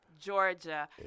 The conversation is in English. Georgia